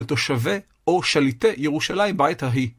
לתושבי או שליטי ירושלים בעת ההיא.